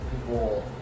people